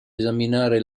esaminare